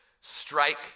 strike